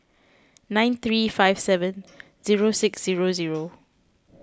nine three five seven zero six zero zero